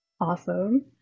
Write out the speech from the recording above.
awesome